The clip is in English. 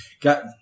got